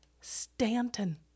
Stanton